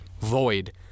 void